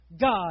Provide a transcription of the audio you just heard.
God